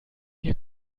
wir